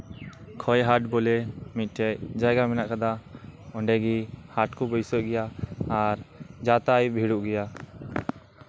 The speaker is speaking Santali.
ᱠᱷᱳᱣᱟᱭ ᱦᱟᱴ ᱵᱚᱞᱮ ᱢᱤᱫᱴᱮᱡ ᱡᱟᱭᱜᱟ ᱢᱮᱱᱟᱜ ᱟᱠᱟᱫᱟ ᱚᱸᱰᱮ ᱜᱤ ᱦᱟᱴ ᱠᱩ ᱵᱟᱹᱭᱥᱟᱹᱜ ᱜᱮᱭᱟ ᱟᱨ ᱡᱟᱛᱟᱭ ᱟᱭᱩᱯ ᱵᱷᱤᱲᱳᱜ ᱜᱮᱭᱟ